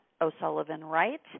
O'Sullivan-Wright